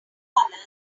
colour